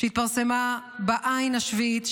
שהתפרסמה בעין השביעית,